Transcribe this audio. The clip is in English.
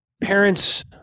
parents